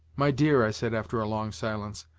my dear, i said after a long silence,